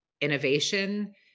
innovation